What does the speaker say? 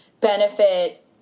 benefit